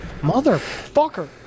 motherfucker